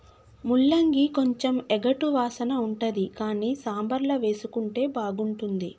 ముల్లంగి కొంచెం ఎగటు వాసన ఉంటది కానీ సాంబార్ల వేసుకుంటే బాగుంటుంది